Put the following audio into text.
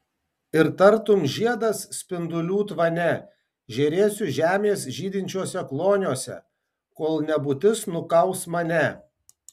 ir tartum žiedas spindulių tvane žėrėsiu žemės žydinčiuose kloniuose kol nebūtis nukaus mane